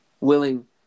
Willing